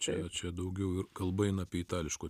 čia čia daugiau ir kalba eina apie itališko